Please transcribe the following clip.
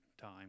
time